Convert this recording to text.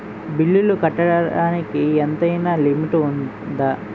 బిల్లులు కట్టడానికి ఎంతైనా లిమిట్ఉందా?